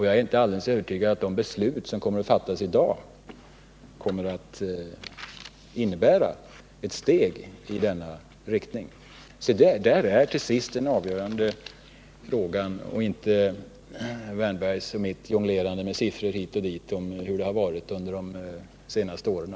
Jag är inte alldeles övertygad om att de beslut som skall fattas i dag kommer att innebära ett steg i denna riktning. Det är alltså detta som till sist är den avgörande frågan, och inte herr Wärnbergs och mitt jonglerande med siffror hit och dit för att visa hur det har varit under de senaste åren.